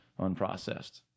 unprocessed